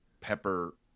pepper